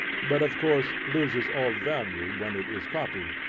but of course loses all value when it is copied.